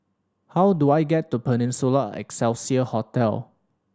how do I get to Peninsula Excelsior Hotel